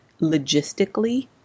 logistically